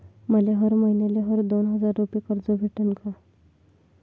मले हर मईन्याले हर दोन हजार रुपये कर्ज भेटन का?